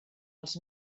els